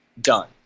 done